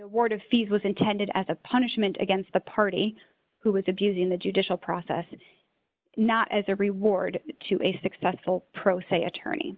ward of fees was intended as a punishment against the party who was abusing the judicial process not as a reward to a successful pro se attorney